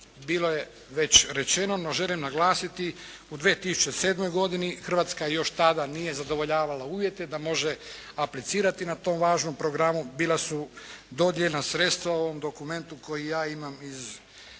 bilo je već rečeno. No, želim naglasiti u 2007. godini Hrvatska još tada nije zadovoljavala uvjete da može aplicirati na tom važnom programu. Bila su dodijeljena sredstva u ovom dokumentu koji ja imam iz